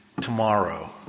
tomorrow